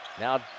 Now